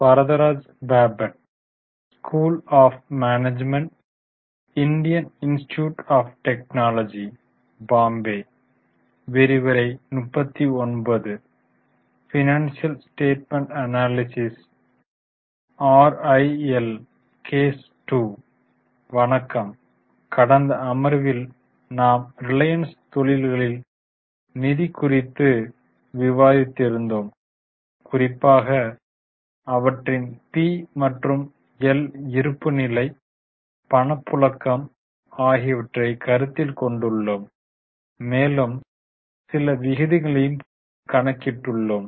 வணக்கம் கடந்த அமர்வில் நாம் ரிலையன்ஸ் தொழில்களின் நிதி குறித்து விவாதித்து இருந்தோம் குறிப்பாக அவற்றின் பி மற்றும் எல் இருப்புநிலை பணப்புழக்கம் ஆகியவற்றைக் கருத்தில் கொண்டுள்ளோம் மேலும் சில விகிதங்களையும் கணக்கிட்டுள்ளோம்